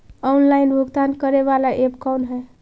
Online भुगतान करे बाला ऐप कौन है?